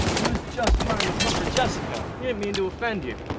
he was just trying to comfort jessica, he didn't mean to offend you.